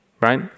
right